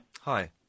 Hi